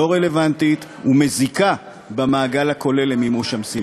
לא רלוונטית ומזיקה במעגל הכולל למימוש המשימה.